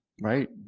Right